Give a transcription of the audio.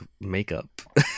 makeup